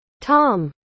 Tom